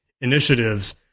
initiatives